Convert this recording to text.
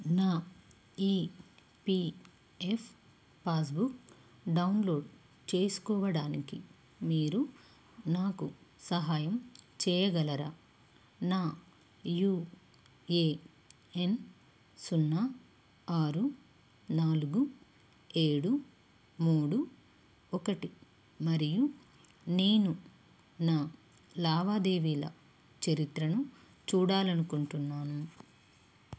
నా E P F passbook download చేసుకోవడానికి మీరు నాకు సహాయం చేయగలరా నా యూ ఏ ఎన్ సున్నా ఆరు నాలుగు ఏడు మూడు ఒకటి మరియు నేను నా లావాదేవీల చరిత్రను చూడాలనుకుంటున్నాను